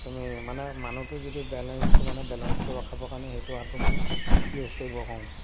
তুমি মানে মানুহটো যিটো বেলেঞ্চটো মানে বেলেঞ্চটো ৰখাবৰ কাৰণে সেইটো সাঁতোৰ মানে ইউজ কৰিব কওঁ